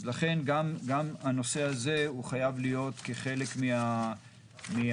לכן גם הנושא הזה חייב להיות חלק מהמדיניות